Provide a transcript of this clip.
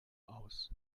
aus